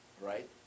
right